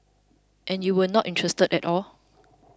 and you were not interested at all